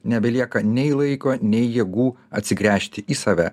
nebelieka nei laiko nei jėgų atsigręžti į save